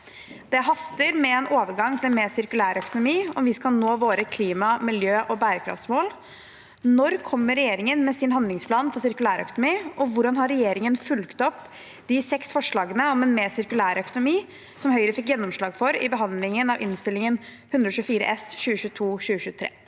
Det haster med en overgang til en mer sirkulær økonomi om vi skal nå våre klima-, miljø- og bærekraftsmål. Når kommer regjeringen med sin handlingsplan for sirkulær økonomi, og hvordan har regjeringen fulgt opp de seks forslagene om en mer sirkulær økonomi som Høyre fikk gjennomslag for i behandlingen av Innst. 124 S (2022–2023)?»